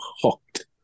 hooked